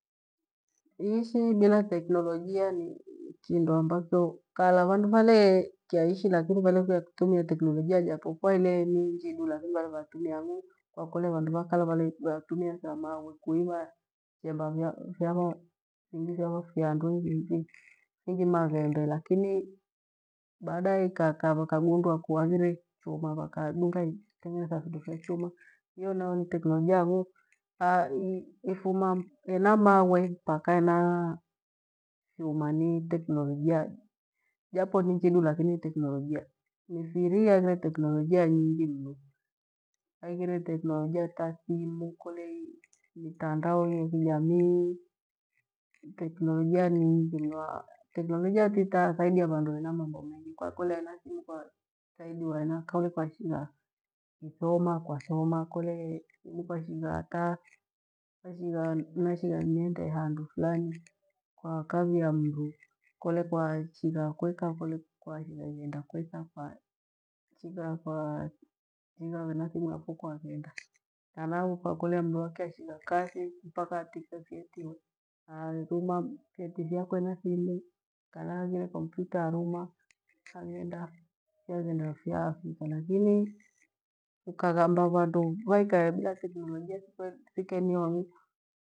Iishi bila teknoloji ni- ni kindo ambatho kala vandu valee kiashi lakini vale kila kitumia teknolojia yapokua ile niinjidu lathima lave vatumia ang'u kwakole vandu va kala vale- vatumia thamawe kuiva kyamba- vya- vyawa ingi kyavo fukia handu ijeije. Ighima thembe lakini baade ikaa kava kagundua kuwa aghire chuma vya wakhagonga i- itengenetha vindu vya chuma. Iyo nayo ni tekinolojia yavoo ai- ifuma ena mawe mpaka ena fyuma ni tekinolojia japo ni njidu lakini tekinolojia. Mifiri aghire tekinolojia nyingi mnoo, haghire tekinolojia ta thimu, kole hii mitandao ye kijamii, tekinolojia ni ingi mnoo. Tekinolojia itathaidia vandu vena mambo mengi, kakoleana thimu kwathaidiwa ena kole kwashigha ithoma, kwathoma. Kolee ukwashigha ataa weshigha nashigha niende handu fulani kwa kavia mmru kole kwaishigha kweka, kole kwashigha ighenda kwetha kwa shigha kwaa shigha wena thimu yapho kwaghenda. Kana ukakolea mndu akeshigha kathi mpaka atithe vyeti hoi a- a- thoma vyeti vyako ena thimu kala haghire kompyuta arauma haghenda, yaghenda afiya afika. Likini ukaghamba vandu vaike bila tekinolojia thiku- ethiku nioni.